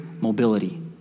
Mobility